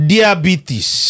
Diabetes